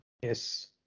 Yes